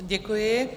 Děkuji.